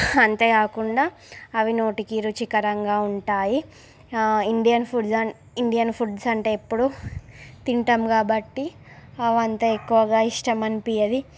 అంతేకాకుండా అవి నోటికి రుచికరంగా ఉంటాయి ఇండియన్ ఫుడ్స్ ఇండియన్ ఫుడ్స్ అంటే ఎప్పుడూ తింటాము కాబట్టి అవి అంతా ఎక్కువగా ఇష్టం అనిపించదు